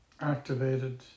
activated